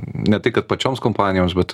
ne tai kad pačioms kompanijoms bet